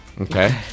Okay